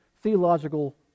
theological